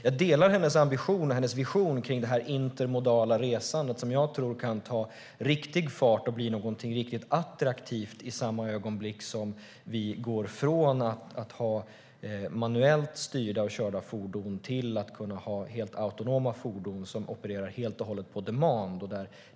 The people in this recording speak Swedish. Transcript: Jag delar hennes ambition och hennes vision om det intermodala resandet, som jag tror kan ta riktig fart och bli någonting riktigt attraktivt i samma ögonblick som vi går från att ha manuellt styrda och körda fordon till att kunna ha helt autonoma fordon som opererar helt och hållet på demand.